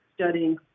studying